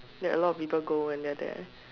that a lot of people go when they are there